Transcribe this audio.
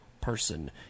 person